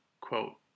quote